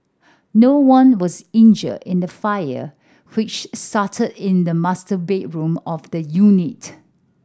no one was injured in the fire which started in the master bedroom of the unit